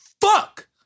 fuck